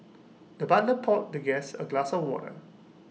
the butler poured the guest A glass of water